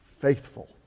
faithful